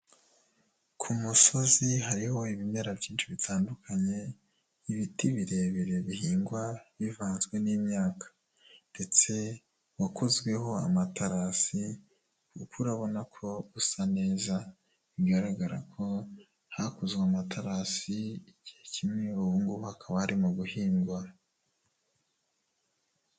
Kusozi hariho ibimera byinshi bitandukanye ,ibiti birebire bihingwa bivanzwe n'imyaka. Ndetse wakozweho amaterasi , kuko urabona ko usa neza bigaragara ko hakozwe amaterasi igihe kimwe ubungubu hakaba harimo guhingwa.